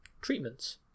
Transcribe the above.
treatments